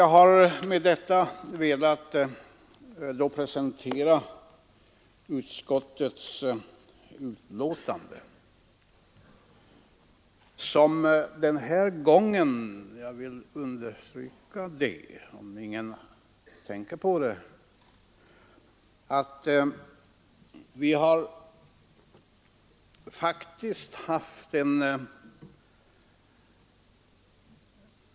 Jag har med detta velat presentera utskottets betänkande, som den här gången — jag vill understryka det, om ingen tänker på det — innehåller färre reservationer än som brukar vara vanligt.